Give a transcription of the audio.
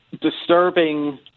disturbing